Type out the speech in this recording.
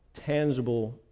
tangible